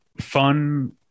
fun